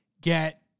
get